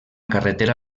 carretera